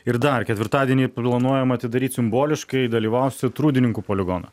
ir dar ketvirtadienį planuojama atidaryt simboliškai dalyvausit rūdininkų poligoną